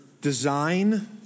design